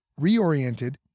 reoriented